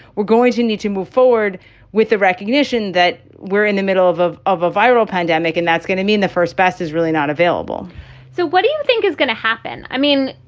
we're going to need to move forward with the recognition that we're in the middle of of of a viral pandemic. and that's going to mean the first best is really not available so what do you think is going to happen? i mean,